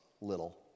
little